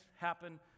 happen